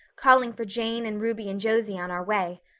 calling for jane and ruby and josie on our way.